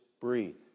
breathe